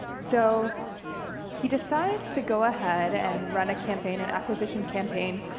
so he decides to go ahead and run a campaign, an acquisition campaign,